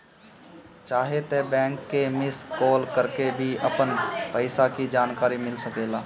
चाहे त बैंक के मिस कॉल करके भी अपन पईसा के जानकारी मिल सकेला